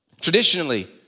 Traditionally